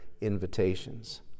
invitations